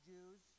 Jews